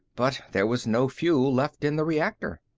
but there was no fuel left in the reactor.